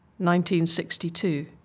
1962